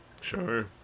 sure